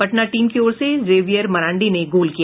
Patna team की ओर से जेवियर मरांडी ने गोल किया